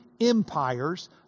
empires